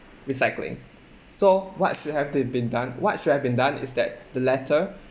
recycling so what should have to have been done what should have been done is that the latter